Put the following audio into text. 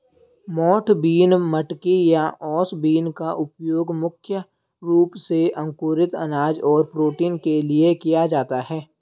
मोठ बीन, मटकी या ओस बीन का उपयोग मुख्य रूप से अंकुरित अनाज और प्रोटीन के लिए किया जाता है